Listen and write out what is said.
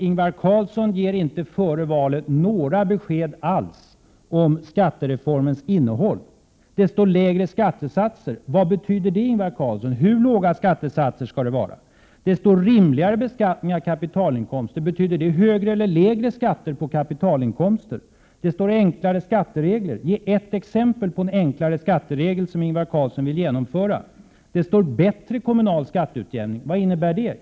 Ingvar Carlsson ger alltså inte någon information alls före valet om skattereformens innehåll. ”Lägre skattesatser” — vad betyder det, Ingvar Carlsson? Hur låga skall skattesatserna vara? ”Rimligare beskattning av kapitalinkomster” — betyder det högre eller lägre skatter på kapitalinkomster? ”Enklare skatteregler” — ge ett exempel på en enklare skatteregel som skall införas, Ingvar Carlsson! ”Bättre kommunal skatteutjämning” — vad innebär det?